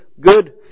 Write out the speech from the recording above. good